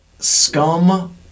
Scum